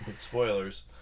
Spoilers